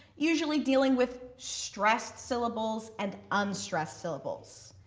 usually dealing with stressed syllables and unstressed syllables.